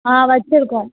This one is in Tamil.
ஆ வச்சுருக்கோம்